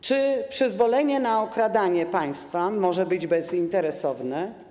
Czy przyzwolenie na okradanie państwa może być bezinteresowne?